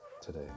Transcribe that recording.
today